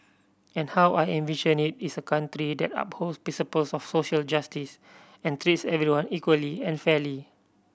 and how I envision it is a country that upholds principles of social justice and treats everyone equally and fairly